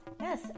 Yes